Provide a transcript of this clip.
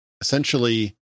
Essentially